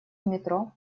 метро